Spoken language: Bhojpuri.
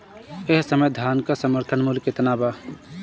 एह समय धान क समर्थन मूल्य केतना बा?